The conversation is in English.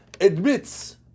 admits